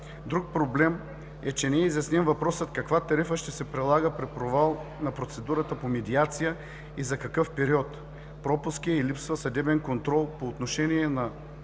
Друг проблем е, че не е изяснен въпросът каква тарифа ще се прилага при провал на процедурата по медиация и за какъв период. Пропуск е и липсата на съдебен контрол по отношение на